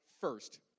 first